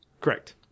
Correct